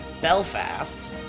Belfast